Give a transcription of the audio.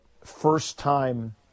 first-time